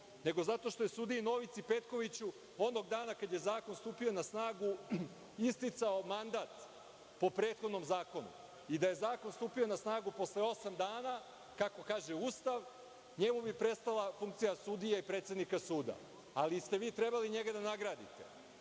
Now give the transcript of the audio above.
nego zato što je sudiji Novici Petkoviću, onog dana kad je zakon stupio na snagu isticao mandat po prethodnom zakonu i da je zakon stupio na snagu posle osam dana, kako kaže Ustav, njemu bi prestala funkcija sudije i predsednika suda, ali ste vi trebali njega da nagradite. Onda